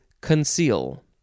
conceal